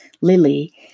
Lily